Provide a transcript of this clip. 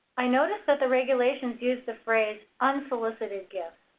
i noticed that the regulations use the phrase unsolicited gifts.